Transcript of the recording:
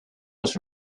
was